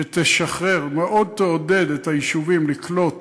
שתשחרר, מאוד תעודד את היישובים לקלוט